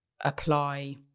apply